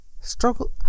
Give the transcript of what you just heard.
Struggle